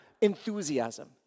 enthusiasm